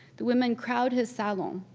the women crowd his salon,